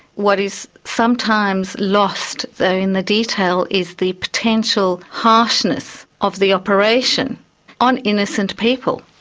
what is sometimes lost though in the detail is the potential harshness of the operation on innocent people.